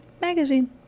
magazine